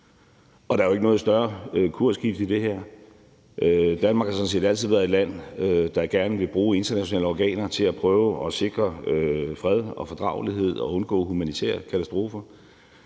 Der er jo ikke noget større kursskifte i det her. Danmark har sådan set altid været et land, der gerne vil bruge internationale organer til at prøve at sikre fred og fordragelighed og undgå humanitære katastrofer,